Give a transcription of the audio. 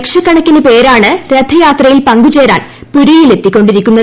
ലുക്ഷക്കണക്കിന് പേരാണ് രഥയാത്രയിൽ പങ്കുചേരാൻ പുരിയിലെത്തിക്കൊണ്ടിരിക്കുന്നത്